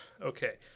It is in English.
okay